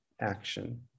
action